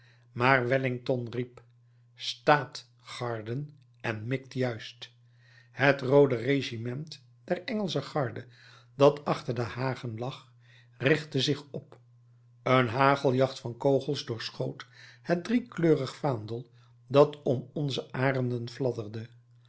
maar wellington riep staat garden en mikt juist het roode regiment der engelsche garde dat achter de hagen lag richtte zich op een hageljacht van kogels doorschoot het driekleurig vaandel dat om onze arenden